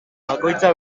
bakoitza